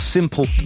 Simple